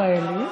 למה?